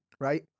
right